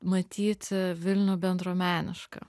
matyti vilnių bendruomenišką